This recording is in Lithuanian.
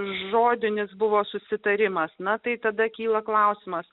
žodinis buvo susitarimas na tai tada kyla klausimas